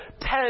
ten